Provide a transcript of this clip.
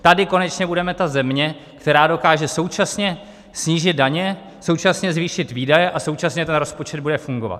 Tady konečně budeme ta země, která dokáže současně snížit daně, současně zvýšit výdaje a současně ten rozpočet bude fungovat.